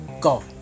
go